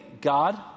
God